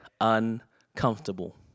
uncomfortable